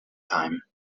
time